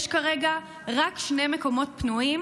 יש כרגע רק שני מקומות פנויים